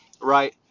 right